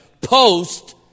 post